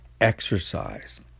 exercise